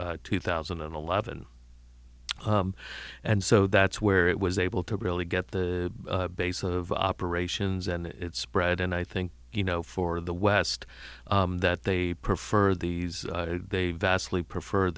of two thousand and eleven and so that's where it was able to really get the base of operations and it spread and i think you know for the west that they prefer these they vastly prefer